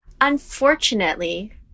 Unfortunately